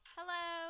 Hello